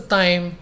time